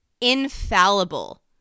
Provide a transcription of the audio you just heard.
Infallible